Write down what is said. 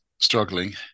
struggling